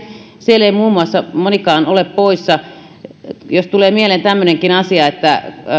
siellä ei muun muassa monikaan ole poissa mistä tulee mieleen tämmöinenkin asia että